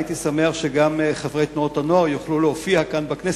הייתי שמח שגם חברי תנועות הנוער יוכלו להופיע כאן בכנסת,